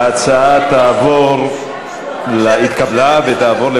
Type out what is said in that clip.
ההצעה להעביר את הצעת חוק בתי-המשפט (תיקון,